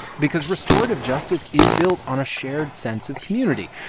because restorative justice is built on a shared sense of community.